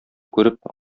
күреп